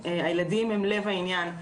הילדים הם לב העניין.